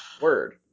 Word